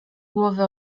głowy